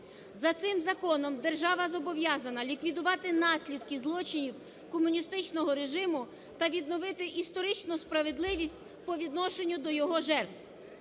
За цим законом держава зобов'язана ліквідувати наслідки злочинів комуністичного режиму та відновити історичну справедливість по відношенню до його жертв.